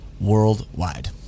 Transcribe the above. worldwide